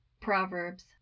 Proverbs